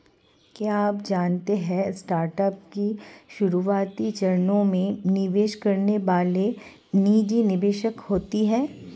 क्या आप जानते है स्टार्टअप के शुरुआती चरणों में निवेश करने वाले निजी निवेशक होते है?